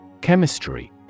Chemistry